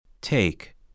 Take